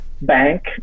bank